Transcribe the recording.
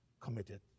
committed